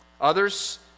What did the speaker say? Others